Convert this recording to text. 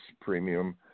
premium